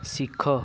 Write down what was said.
ଶିଖ